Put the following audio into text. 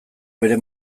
behe